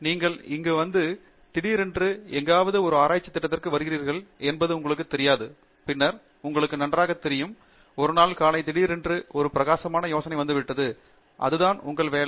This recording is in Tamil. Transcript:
நீங்கள் இங்கு வந்து திடீரென்று எங்காவது ஒரு ஆராய்ச்சி திட்டத்திற்கு வருகிறீர்கள் என்பது உங்களுக்குத் தெரியாது பின்னர் உங்களுக்கு நன்றாக தெரியும் ஒரு நாள் காலை திடீரென்று ஒரு பிரகாசமான யோசனை வந்துவிட்டது அது தான் உங்கள் வேலை